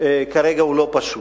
כרגע הוא לא פשוט,